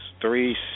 three